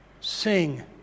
sing